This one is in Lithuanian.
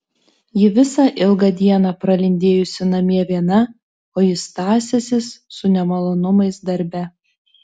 ji visą ilgą dieną pralindėjusi namie viena o jis tąsęsis su nemalonumais darbe